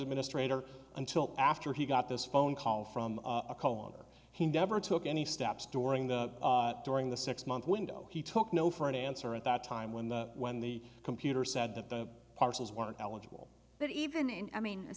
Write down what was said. administrator until after he got this phone call from a caller he never took any steps during the during the six month window he took no for an answer at that time when the when the computer said that the parcels weren't eligible but even i mean